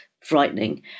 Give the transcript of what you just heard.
frightening